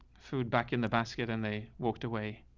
food back in the basket and they walked away.